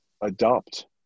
adopt